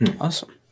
Awesome